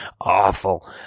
Awful